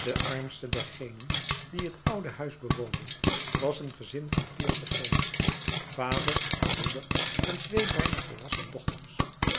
de armste dergenen die het oude huis bewoonden was een gezin van vier personen vader moeder en twee bijna volwassen dochters